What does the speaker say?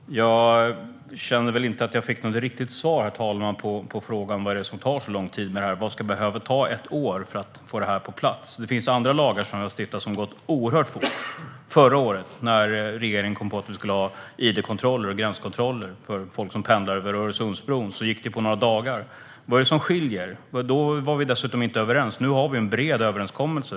Herr talman! Jag känner inte att jag fick något riktigt svar på varför det tar så lång tid. Varför behöver det ta ett år för att få detta på plats? Vi har stiftat andra lagar då det har gått oerhört fort. När regeringen förra året kom på att vi ska ha id-kontroller och gränskontroller för människor som pendlar över Öresundsbron gick det på några dagar. Vad är det som skiljer? Vid det tillfället var vi dessutom inte ens överens. Nu har vi en bred överenskommelse.